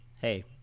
hey